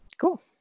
Cool